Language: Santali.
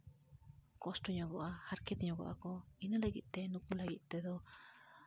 ᱠᱚᱥᱴᱚ ᱧᱚᱜᱚᱜᱼᱟ ᱦᱟᱨᱠᱮᱛ ᱧᱚᱜᱚᱜ ᱟᱠᱚ ᱤᱱᱟᱹ ᱞᱟᱹᱜᱤᱫ ᱛᱮᱫᱚ